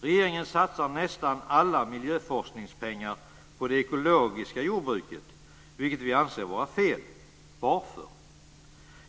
Regeringen satsar nästan alla miljöforskningspengar på det ekologiska jordbruket, vilket vi anser vara fel. Varför anser vi det?